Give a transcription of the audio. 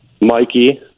mikey